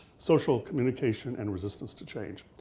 social, communication, and resistance to change.